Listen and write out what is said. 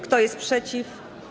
Kto jest przeciw?